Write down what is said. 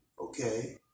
okay